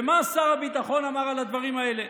ומה שר הביטחון אמר על הדברים האלה?